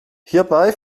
hierbei